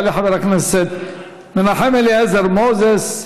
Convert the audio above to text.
יעלה חבר הכנסת מנחם אליעזר מוזס,